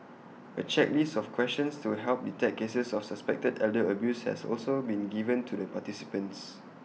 A checklist of questions to help detect cases of suspected elder abuse has also been given to the participants